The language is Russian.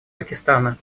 пакистана